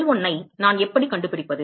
L1 ஐ நான் எப்படி கண்டுபிடிப்பது